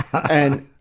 and,